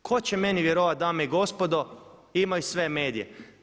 Tko će meni vjerovati dame i gospodo, imaju sve medije.